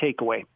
takeaway